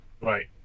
Right